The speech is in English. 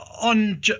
on